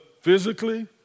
Physically